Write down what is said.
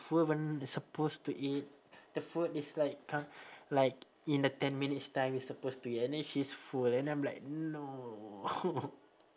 food even we supposed to eat the food is like like in the ten minutes time we supposed to eat and then she's full and then I'm like no